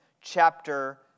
chapter